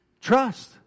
Trust